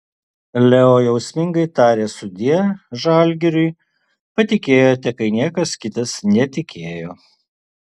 leo jausmingai tarė sudie žalgiriui patikėjote kai niekas kitas netikėjo